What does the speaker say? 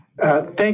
Thank